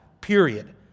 Period